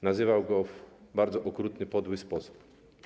Nazywał go w bardzo okrutny, podły sposób.